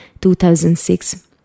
2006